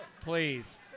Please